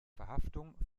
verhaftung